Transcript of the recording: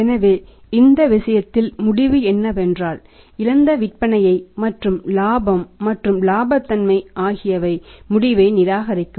எனவே இந்த விஷயத்தில் முடிவு என்னவென்றால் இழந்த விற்பனை மற்றும் இலாபம் மற்றும் இலாபத்தன்மை ஆகியவை முடிவை நிராகரிக்கும்